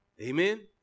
Amen